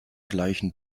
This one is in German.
gleichen